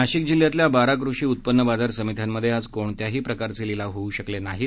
नाशिक जिल्ह्यातल्या बारा कृषि उत्पन्न बाजार समित्यांमध्ये आज कोणते प्रकारचे लिलाव होऊ शकले नाहीत